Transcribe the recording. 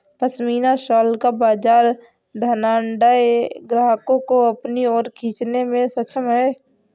pashmina shawl का बाजार धनाढ्य ग्राहकों को अपनी ओर खींचने में सक्षम है